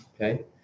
Okay